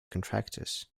contractors